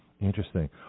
Interesting